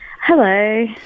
Hello